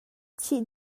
chih